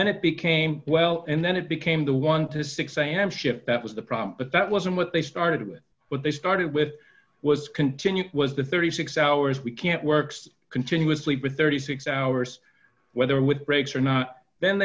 then it became well and then it became the one dollar to six am shift that was the problem but that wasn't what they started with what they started with was continued was the thirty six hours we can't works continuously but thirty six hours whether with breaks or not then